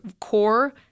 core